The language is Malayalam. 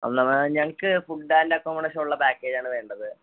എന്നാൽ ഞങ്ങൾക്ക് ഫുഡ് ആൻഡ് അക്കോമഡേഷൻ ഉള്ള പാക്കേജ് ആണ് വേണ്ടത്